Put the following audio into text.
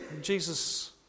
Jesus